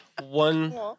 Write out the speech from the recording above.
one